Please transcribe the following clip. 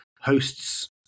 hosts